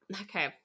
Okay